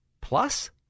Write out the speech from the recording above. plus